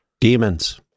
Demons